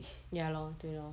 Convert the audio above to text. ya lor 对 lor